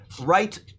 right